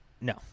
No